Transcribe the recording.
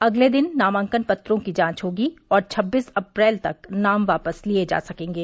अगले दिन नामांकन पत्रों की जांच होगी और छब्बीस अप्रैल तक नाम वापस लिये जा सकेंगे